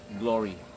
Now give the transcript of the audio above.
glory